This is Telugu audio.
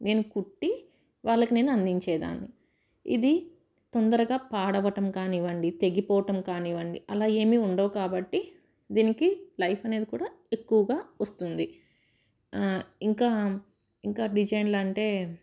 నేను కుట్టి వాళ్ళకి నేను అందించే దాన్ని ఇది తొందరగా పాడవటం కానివ్వండి తెగిపోవటం కానివ్వండి అలా ఏమి ఉండవు కాబట్టి దీనికి లైఫ్ అనేది కూడా ఎక్కువగా వస్తుంది ఇంకా ఇంకా డిజైన్లు అంటే